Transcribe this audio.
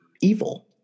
evil